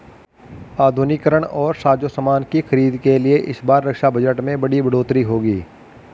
आधुनिकीकरण और साजोसामान की खरीद के लिए इस बार रक्षा बजट में बड़ी बढ़ोतरी होगी